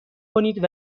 کنید